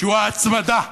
שהוא ההצמדה.